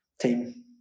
Team